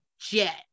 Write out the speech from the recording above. jet